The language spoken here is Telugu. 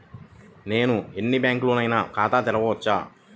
నేను ఎన్ని బ్యాంకులలోనైనా ఖాతా చేయవచ్చా?